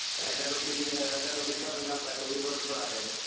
and that'll be that'll be coming up, i believe, on friday.